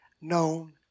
known